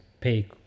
pay